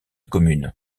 commune